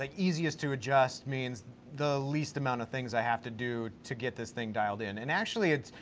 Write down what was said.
like easiest to adjust means the least amount of things i have to do to get this thing dialed in. and actually it's,